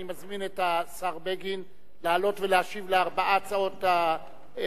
אני מזמין את השר בגין לעלות ולהשיב על ארבע הצעות שעניינן